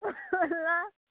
हा